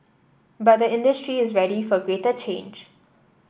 but the industry is ready for greater change